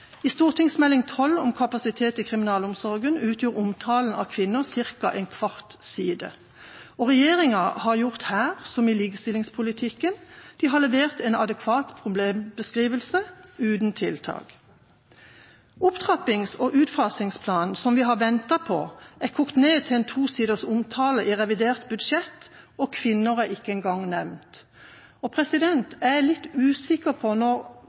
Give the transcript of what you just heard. I Meld. St. 12 for 2014–2015, om kapasitet i kriminalomsorgen, utgjør omtalen av kvinner ca. en kvart side. Regjeringa har her, som i likestillingspolitikken, levert en adekvat problembeskrivelse uten tiltak. Opptrappings- og utfasingsplanen, som vi har ventet på, er kokt ned til en tosiders omtale i revidert budsjett, og kvinner er ikke engang nevnt. Jeg blir litt usikker når